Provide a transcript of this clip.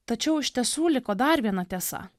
tačiau iš tiesų liko dar viena tiesa